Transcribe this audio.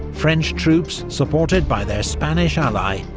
french troops, supported by their spanish ally,